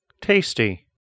Tasty